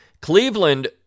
Cleveland